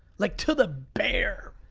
like to the bare.